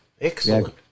Excellent